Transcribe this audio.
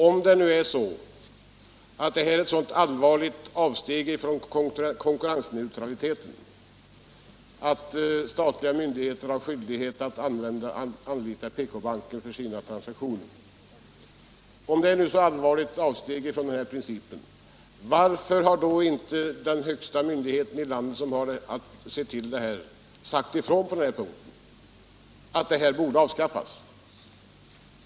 Om det nu är så att detta, att statliga myndigheter har skyldighet att anlita PK-banken för sina transaktioner, skulle vara ett så allvarligt avsteg från principen om konkurrensneutralitet, varför har då inte den högsta myn dighet i landet som har att se till sådana saker sagt ifrån att detta förfarande borde avskaffas?